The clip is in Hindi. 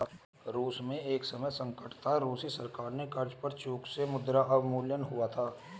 रूस में एक समय संकट था, रूसी सरकार से कर्ज पर चूक से मुद्रा अवमूल्यन हुआ था